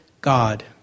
God